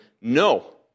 No